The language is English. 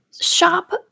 shop